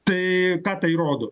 tai ką tai rodo